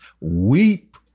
Weep